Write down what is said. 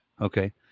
Okay